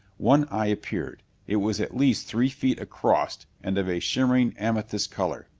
one eye appeared. it was at least three feet across and of a shimmering amethyst color.